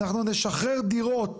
אנחנו נשחרר דירות